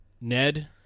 Ned